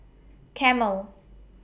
Camel